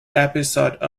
episode